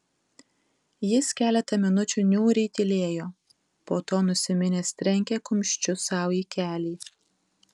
jis keletą minučių niūriai tylėjo po to nusiminęs trenkė kumščiu sau į kelį